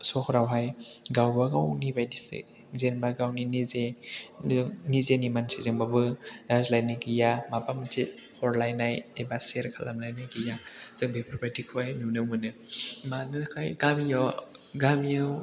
सहरावहाय गावबागावनि बायदिसो जेनेबा गावनि निजानि मानसिजोंबाबो रायज्लायनाय गैया माबा मोनसे हरलायनाय एबा शेयार खालामलायनाय गैया जों बेफोरबायदिखौहाय नुनो मोनो गामिआव